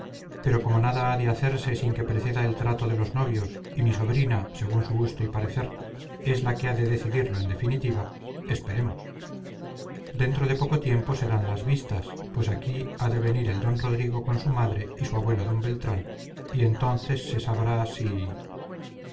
pero como nada ha de hacerse sin que preceda el trato de los novios y mi sobrina según su gusto y parecer es la que ha de decidirlo en definitiva esperemos dentro de poco tiempo serán las vistas pues aquí ha de venir el d rodrigo con su madre y su abuelo d beltrán y entonces se sabrá si